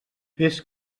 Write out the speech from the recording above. peix